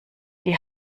die